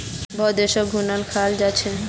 बहुत देशत घुनक खाल जा छेक